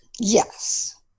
Yes